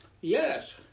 Yes